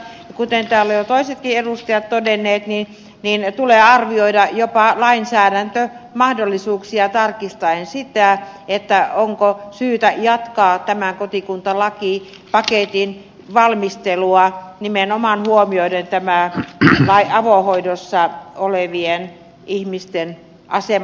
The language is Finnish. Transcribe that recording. ja kuten täällä ovat jo toisetkin edustajat todenneet niin tulee arvioida jopa lainsäädäntömahdollisuuksia tarkistaen sitä onko syytä jatkaa tämän kotikuntalakipaketin valmistelua nimenomaan huomioiden tämä avohoidossa olevien ihmisten asema